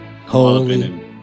Holy